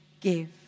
give